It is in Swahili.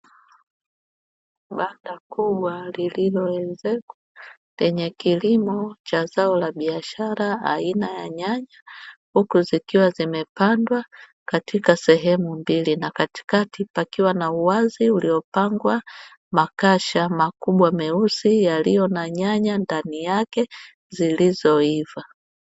Banda kubwa lililoezekwa lenye kilimo cha zao la biashara, aina ya nyanya zikiwa zimepandwa katika sehemu mbili na katikati pakiwa na uwazi uliopangwa makasha makubwa meusi yakiwa na nyanya ndani yake zilizoiva.